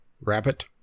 rabbit